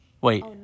Wait